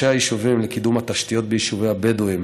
היישובים לקידום התשתיות ביישובי הבדואים.